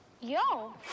Yo